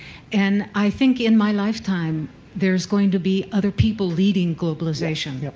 and i think in my lifetime there's going to be other people leading globalization.